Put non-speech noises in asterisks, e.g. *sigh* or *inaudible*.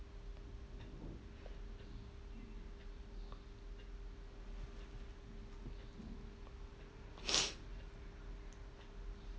*noise*